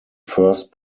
first